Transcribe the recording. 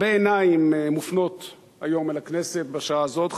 הרבה עיניים מופנות אל הכנסת בשעה הזאת היום.